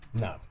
No